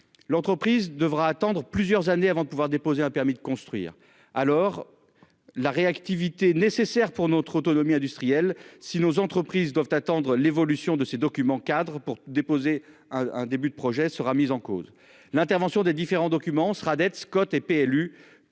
l'entreprise devra attendre plusieurs années avant de pouvoir déposer un permis de construire, alors. La réactivité nécessaire pour notre autonomie industrielle si nos entreprises doivent attendre l'évolution de ces documents Khadr pour déposer. Un début de projet sera mise en cause l'intervention des différents documents sera dette Scott et PLU